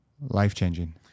Life-changing